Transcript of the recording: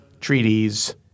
treaties